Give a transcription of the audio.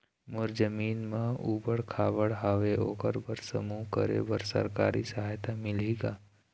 मोर जमीन म ऊबड़ खाबड़ हावे ओकर बर समूह करे बर सरकारी सहायता मिलही का?